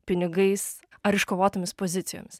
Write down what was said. pinigais ar iškovotomis pozicijomis